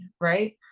right